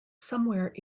somewhere